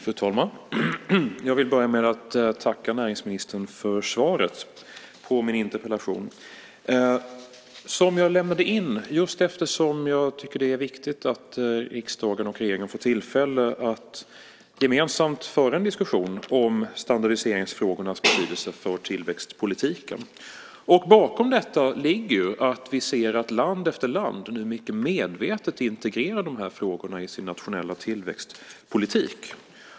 Fru talman! Jag vill börja med att tacka näringsministern för svaret på min interpellation som jag lämnade in eftersom jag tycker att det är viktigt att riksdagen och regeringen får tillfälle att gemensamt föra en diskussion om standardiseringsfrågornas betydelse för tillväxtpolitiken. Bakom detta ligger att vi ser att land efter land mycket medvetet integrerar de här frågorna i sin nationella tillväxtpolitik.